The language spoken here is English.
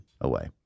away